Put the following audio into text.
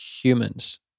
humans